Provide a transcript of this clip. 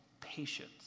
patience